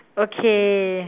okay